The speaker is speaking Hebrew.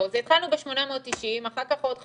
לא, התחלנו ב-890 אחר כך עוד 500,